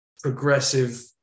progressive